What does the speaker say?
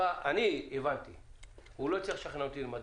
הוא לא הצליח לשכנע אותי מה דחוף,